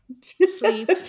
sleep